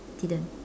didn't